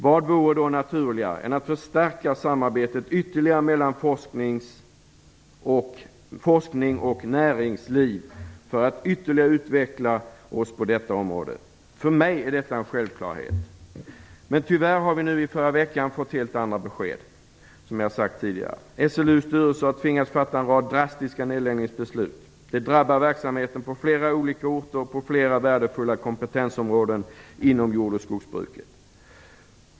Vad vore då naturligare än att förstärka samarbetet mellan forskning och näringsliv för att man ytterligare skall kunna utvecklas på det området? För mig är detta en självklarhet. Tyvärr fick vi helt andra besked i förra veckan. SLU:s styrelse har tvingats fatta en rad drastiska nedläggningsbeslut. Det drabbar verksamheten på flera olika orter och på flera värdefulla kompetensområden inom jord och skogsbruket.